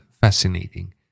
fascinating